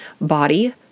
Body